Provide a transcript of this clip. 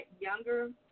younger